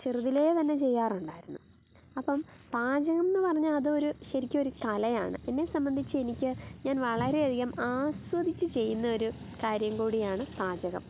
ചെറുതിലെ തന്നെ ചെയ്യാറുണ്ടായിരുന്നു അപ്പം പാചകം എന്ന് പറഞ്ഞാൽ അതൊരു ശരിക്കൊരു കലയാണ് എന്നെ സംബന്ധിച്ച് എനിക്ക് ഞാൻ വളരെയധികം ആസ്വദിച്ച് ചെയ്യുന്നൊരു കാര്യം കൂടിയാണ് പാചകം